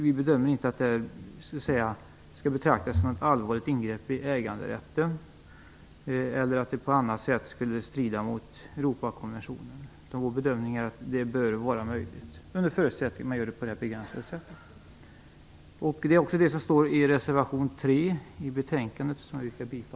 Vi bedömer inte att det här kan komma att betraktas som ett allvarligt ingrepp i äganderätten eller att det på annat sätt skulle strida mot Europakonventionen. Vår bedömning är att det här bör vara möjligt i dessa begränsade fall. Det är också det som står i reservation 3, som vi yrkar bifall till.